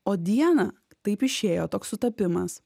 o dieną taip išėjo toks sutapimas